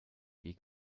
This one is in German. weg